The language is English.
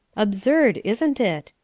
absurd, isn't it?